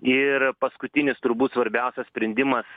ir paskutinis turbūt svarbiausias sprendimas